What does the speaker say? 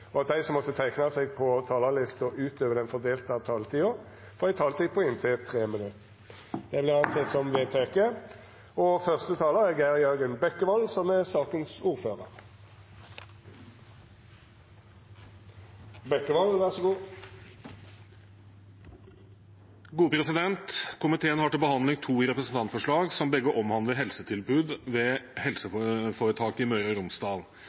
og at dei som måtte teikna seg på talarlista utover den fordelte taletida, får ei taletid på inntil 3 minutt. – Det er vedteke. Komiteen har til behandling to representantforslag, som begge omhandler helsetilbud ved helseforetaket i Møre